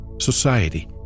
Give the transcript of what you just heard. society